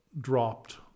dropped